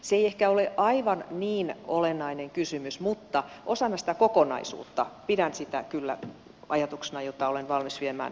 se ei ehkä ole aivan niin olennainen kysymys mutta osana sitä kokonaisuutta pidän sitä kyllä ajatuksena jota olen valmis viemään eteenpäin